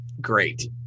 great